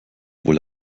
wohl